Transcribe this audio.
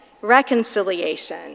reconciliation